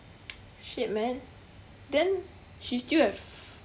shit man then she still have